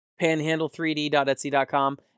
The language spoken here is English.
panhandle3d.etsy.com